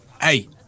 Hey